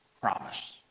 promise